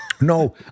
No